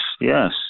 yes